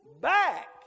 back